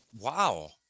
Wow